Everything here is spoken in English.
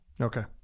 Okay